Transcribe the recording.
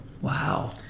Wow